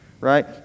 Right